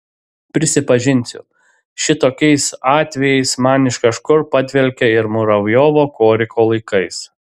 prisipažinsiu šitokiais atvejais man iš kažkur padvelkia ir muravjovo koriko laikais